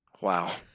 Wow